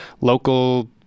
local